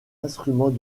instrument